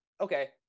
Okay